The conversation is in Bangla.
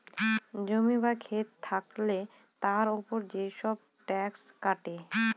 জমি বা খেত থাকলে তার উপর যেসব ট্যাক্স কাটে